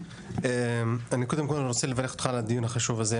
אני קודם כל רוצה לברך אותך על הדיון החשוב הזה,